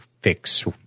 fix